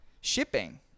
Shipping